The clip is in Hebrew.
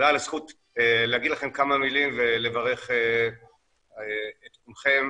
תודה על הזכות להגיד לכם כמה מילים ולברך את כולכם,